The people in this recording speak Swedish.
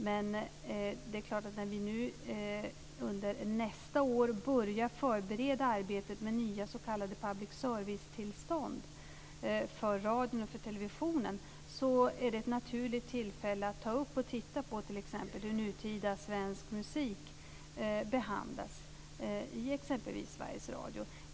Men när vi nu under nästa år börjar förbereda arbetet med nya s.k. public servicetillstånd för radion och televisionen är det ett naturligt tillfälle att ta upp och titta på hur t.ex. nutida svensk musik behandlas i exempelvis Sveriges Radio.